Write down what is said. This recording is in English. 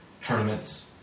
tournaments